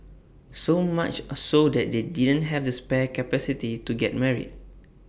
so much A so that they didn't have the spare capacity to get married